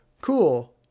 Cool